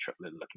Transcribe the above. looking